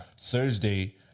Thursday